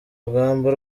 rugamba